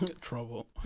trouble